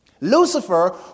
Lucifer